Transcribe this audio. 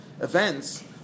events